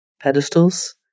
pedestals